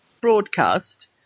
broadcast